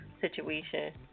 situation